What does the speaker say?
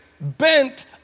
bent